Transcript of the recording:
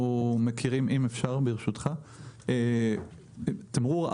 ברשותך, אנחנו מכירים.